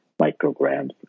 micrograms